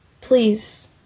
please